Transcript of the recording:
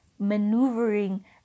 maneuvering